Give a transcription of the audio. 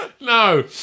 no